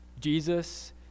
Jesus